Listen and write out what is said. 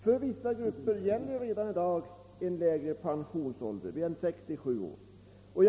För vissa grupper gäller redan i dag en lägre pensionsålder än 67 år.